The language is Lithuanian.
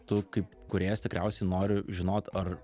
tu kaip kūrėjas tikriausiai noriu žinot ar